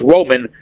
Roman